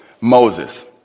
Moses